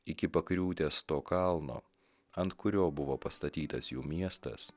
iki pakriūtės to kalno ant kurio buvo pastatytas jų miestas